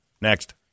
Next